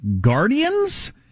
Guardians